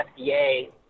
FDA